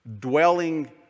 dwelling